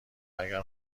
اگر